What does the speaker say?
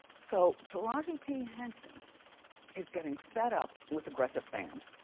so taraji p. henson is getting fed up with aggressive fans.